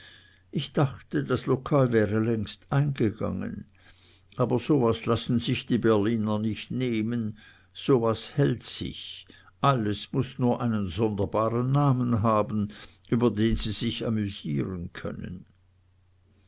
ich dachte das lokal wäre längst eingegangen aber so was lassen sich die berliner nicht nehmen so was hält sich alles muß nur einen sonderbaren namen haben über den sie sich amüsieren können